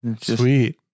Sweet